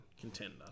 contender